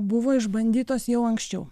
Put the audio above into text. buvo išbandytos jau anksčiau